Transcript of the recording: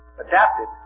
adapted